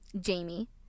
Jamie